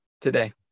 today